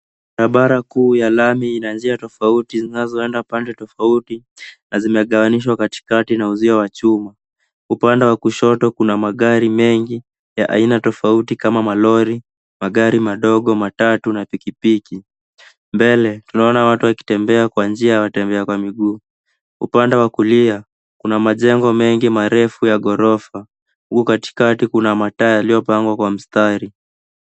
Barabara kuu ya lami ina njia tofauti zinazoenda pande tofauti na zinagawanyishwa katikati na uzio wa chuma. Upande wa kushoto kuna magari mengi ya aina tofauti kama malori, magari madogo, matatu na pikipiki. Mbele, tunaona watu wakitembea kwa njia ya watembea kwa miguu. Upande wa kulia, pana majengo mengi marefu ya gorofa. Huko katikati kuna mataa yaliyopangwa kwa mstari.